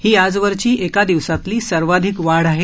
ही आजवरची एका दिवसातली सर्वाधिक वाढ आहे